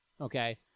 Okay